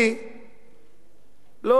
אני לא